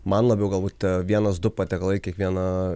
man labiau galbūt vienas du patiekalai kiekviena